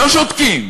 לא שותקים